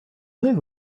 них